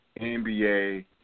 NBA